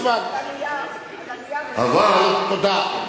השר ליצמן, תודה.